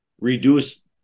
reduce